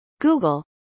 Google